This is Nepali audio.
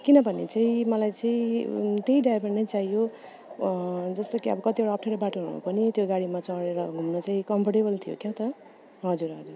किनभने चाहिँ मलाई चाहिँ त्यही ड्राइभर नै चाहियो जस्तो कि अब कतिवटा अफ्ठ्यारो बाटोहरूमा पनि त्यो गाडीमा चढेर घुम्न चाहिँ कम्फोर्टेबल हुन्थ्यो क्या हो त हजुर हजुर